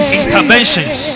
interventions